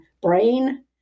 brain